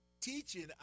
Teaching